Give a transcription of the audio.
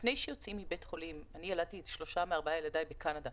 לפני שיוצאים מבית החולים אני ילדתי שלושה מארבעת ילדיי בקנדה